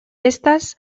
estas